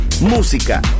música